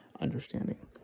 understanding